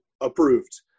approved